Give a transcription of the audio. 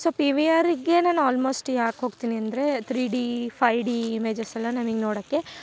so P V ಆರಿಗೇನೆ ನಾ almost ಯಾಕೆ ಹೋಗ್ತಿನಿ ಅಂದರೆ ತ್ರೀಡಿ ಫೈಡಿ ಇಮೆಜಸ್ ಎಲ್ಲ ನಮಗ್ ನೋಡೊಕೆ